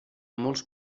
molts